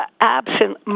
absent